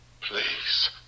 Please